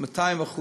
200%,